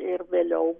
ir vėliau